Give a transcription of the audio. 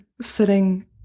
sitting